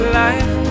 life